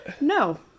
No